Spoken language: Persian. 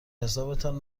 حسابتان